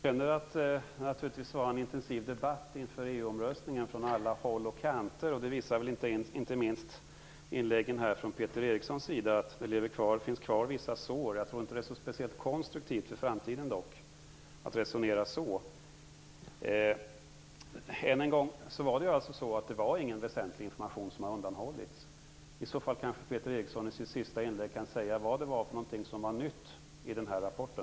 Herr talman! Jag erkänner att det var en intensiv debatt inför EU-omröstningen från alla håll och kanter. Inte minst inläggen här från Peter Eriksson visar att vissa sår finns kvar. Jag tror dock inte att det är speciellt konstruktivt inför framtiden att resonera så. Än en gång: Det var ingen väsentlig information som undanhölls. I så fall kan Peter Eriksson i sitt avslutande inlägg kanske säga vad det var som var nytt i rapporten.